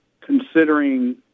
considering